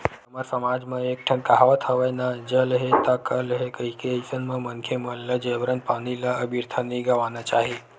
हमर समाज म एक ठन कहावत हवय ना जल हे ता कल हे कहिके अइसन म मनखे मन ल जबरन पानी ल अबिरथा नइ गवाना चाही